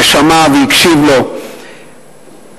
ושמע והקשיב לו,